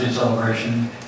Celebration